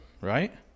right